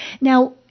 Now